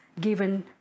given